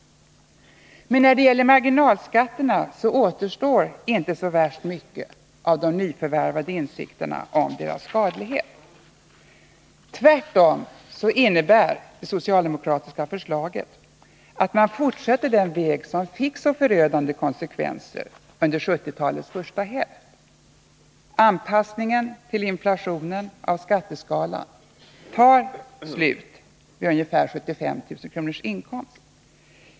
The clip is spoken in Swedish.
Men när det gäller marginalskatterna återstår inte mycket av de nyförvärvade insikterna om deras skadlighet. Tvärtom innebär det socialdemokratiska förslaget att man fortsätter den väg som fick så förödande konsekvenser under 1970-talets första hälft: anpassningen till inflationen av skatteskalan tar slut vid ungefär 75 000 kr.